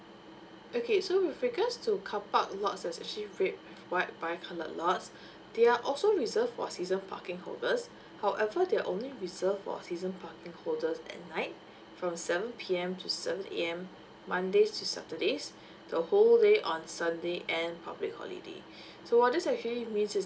okay so with regards to car park lots there's actually red white bi colour lots they are also reserved for season parking holders however they're only reserved for season holders at night from seven P_M to seven A_M mondays to saturdays the whole day on sunday and public holiday so what this actually means is